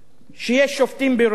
אומרים שיש שופטים בירושלים.